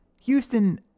Houston